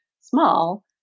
small